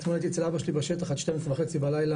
אתמול הייתי אצל אבא שלי בשטח עד שתיים עשרה וחצי בלילה,